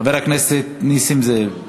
חבר הכנסת נסים זאב.